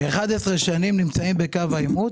כ-11 שנים נמצאת בקו העימות